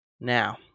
Now